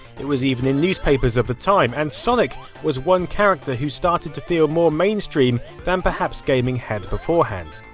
it was even in newspapers of the time, and sonic was one character who was starting to feel more mainstream than perhaps gaming had beforehand.